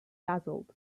dazzled